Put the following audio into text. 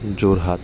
Jorhat